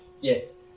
yes